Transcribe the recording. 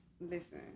Listen